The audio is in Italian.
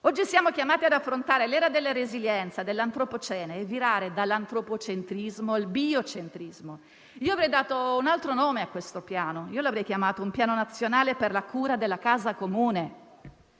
Oggi siamo chiamati ad affrontare l'era della resilienza e dell'antropocene e virare dall'antropocentrismo al biocentrismo. Io avrei dato un altro nome a questo piano, denominandolo piano nazionale per la cura della casa comune.